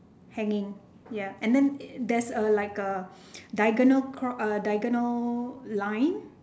hanging ya and then there's a like a diagonal cro~ a diagonal line